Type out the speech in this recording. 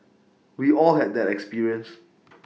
we all had that experience